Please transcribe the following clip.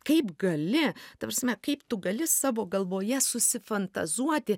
kaip gali ta prasme kaip tu gali savo galvoje susi fantazuoti